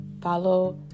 follow